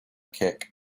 kick